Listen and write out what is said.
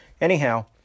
Anyhow